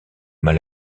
mal